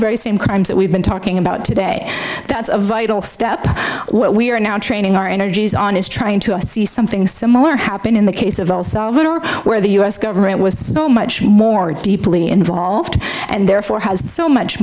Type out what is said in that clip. very same crimes that we've been talking about today that's a vital step what we are now training our energies on is trying to i see something similar happen in the case of el salvador where the u s government was so much more deeply involved and therefore has so much